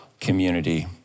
community